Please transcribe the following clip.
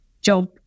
job